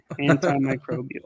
antimicrobial